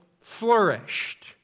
flourished